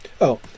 Oh